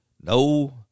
No